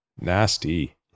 Nasty